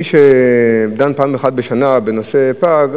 מי שדן פעם אחת בשנה בנושא הפג,